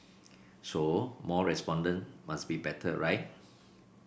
so more respondents must be better right